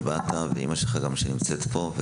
וגם לאימא שלך שנמצאת פה.